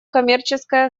коммерческой